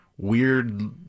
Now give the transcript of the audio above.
weird